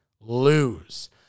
Lose